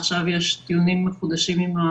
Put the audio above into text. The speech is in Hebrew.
ועכשיו יש דיונים מחודשים עם משרד